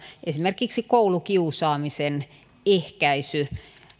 esimerkiksi koulukiusaamisen ehkäisy